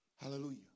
Hallelujah